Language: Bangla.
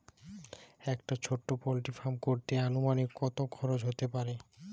একটা ছোটো পোল্ট্রি ফার্ম করতে আনুমানিক কত খরচ কত হতে পারে?